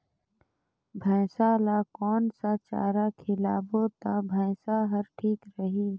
भैसा ला कोन सा चारा खिलाबो ता भैंसा हर ठीक रही?